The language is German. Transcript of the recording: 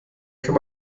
kann